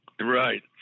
Right